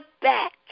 back